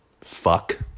Fuck